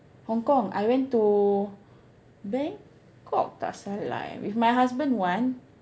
Hong Kong I went to Bangkok tak salah eh with my husband once